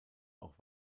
auch